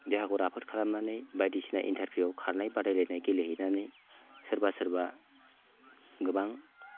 देहाखौ राफोद खालामनानै बायदिसिना इन्टारभिउआव खारनाय बादायलायनाय गेलेहैनानै सोरबा सोरबा गोबां